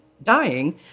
dying